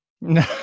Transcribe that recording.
No